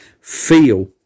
feel